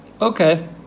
Okay